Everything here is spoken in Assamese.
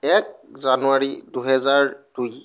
এক জানুৱাৰী দুহেজাৰ দুই